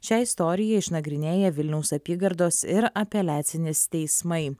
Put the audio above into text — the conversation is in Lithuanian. šią istoriją išnagrinėję vilniaus apygardos ir apeliacinis teismai